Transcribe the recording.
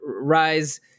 rise